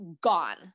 gone